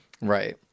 Right